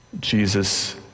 Jesus